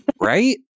Right